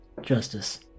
justice